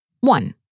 One